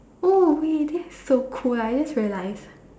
oh wait this is so cool I just realised